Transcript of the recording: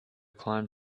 climbed